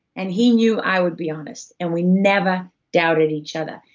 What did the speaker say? and he knew i would be honest. and we never doubted each other.